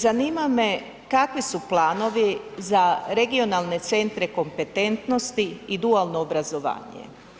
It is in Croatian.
Zanima me kakvi su planovi za regionalne centre kompetentnosti i dualno obrazovanje?